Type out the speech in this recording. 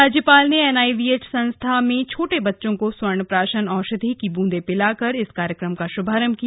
राज्यपाल ने एनआईवीएच संस्था में छोटे बच्चों को स्वर्ण प्राशन औषधि की ब्रंदे पिलाकर इस कार्यक्रम का शुभारंभ किया